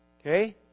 Okay